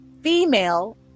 female